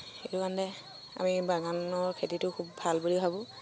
সেইটো কাৰণে আমি বাগানৰ খেতিটো ভাল বুলি ভাবো